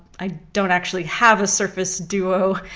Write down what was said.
i don't actually have a surface duo,